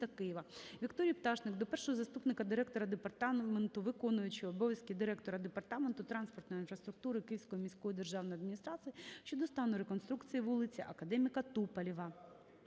Вікторії Пташник до першого заступника директора Департаменту (виконувача обов’язків директора департаменту) транспортної інфраструктури Київської міської державної адміністрації щодо стану реконструкції вулиці Академіка Туполєва.